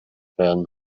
werden